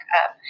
up